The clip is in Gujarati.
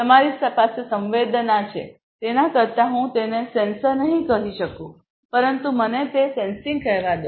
તમારી પાસે સંવેદના છે તેના કરતાં હું તેને સેન્સર નહીં કહી શકું પરંતુ મને તે સેન્સિંગ કહેવા દો